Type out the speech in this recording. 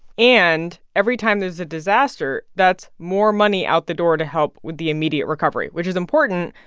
and every time there's a disaster, that's more money out the door to help with the immediate recovery, which is important,